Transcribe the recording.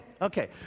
okay